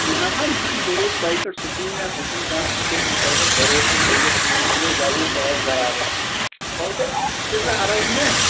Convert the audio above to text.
نہٕ سا مےٚ چھُ بروٗسہٕ تۄہہِ پیٚٹھ سُہ چھُنہٕ مےٚ سۅ چھَنہٕ کتھ کیٚنٛہہ مےٚ چھُ تۄہہِ پیٚٹھ بروسہٕ تُہۍ یُس کأم ؤنِوٗ زبأنۍ سۅے آسہِ برابر وۄنۍ چھُ اکھ چیٖزا عرض مےٚ